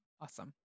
awesome